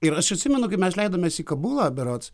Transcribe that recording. ir aš atsimenu kaip mes leidomės į kabulą berods